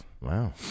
Wow